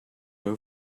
her